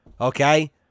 Okay